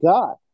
God